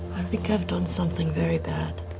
think i've done something very bad.